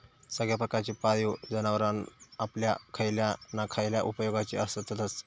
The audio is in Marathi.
सगळ्या प्रकारची पाळीव जनावरां आपल्या खयल्या ना खयल्या उपेगाची आसततच